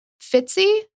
Fitzy